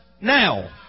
now